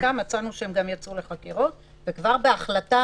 קיבל דחיפות לאור המצב.